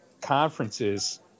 conferences